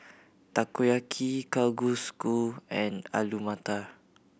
Takoyaki Kalguksu and Alu Matar